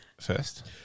first